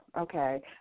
okay